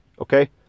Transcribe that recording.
Okay